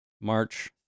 March